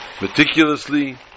meticulously